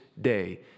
day